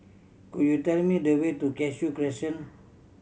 could you tell me the way to Cashew Crescent